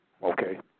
Okay